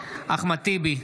אחמד טיבי,